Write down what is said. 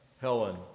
Helen